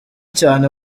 cyane